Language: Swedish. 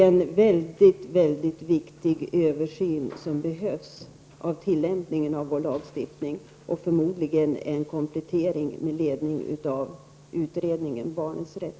Denna översyn av tillämpningen behövs och är mycket viktig, och förmodligen behövs en komplettering av vår lagstiftning med ledning av utredningen om barnets rätt.